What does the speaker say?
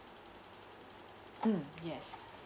mm yes